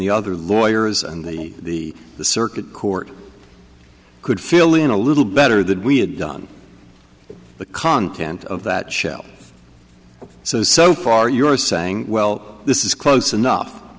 the other lawyers and the the circuit court could fill in a little better than we had done the content of that shell so so far you're saying well this is close enough